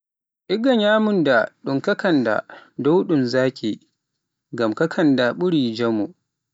Igga mi nyama nyamunda ɗum kakanda e ɗum zaaki, ngam kakaanda ɓuri njamu.